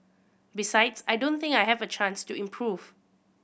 besides I don't think I have a chance to improve